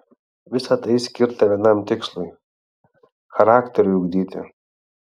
visa tai skirta vienam tikslui charakteriui ugdyti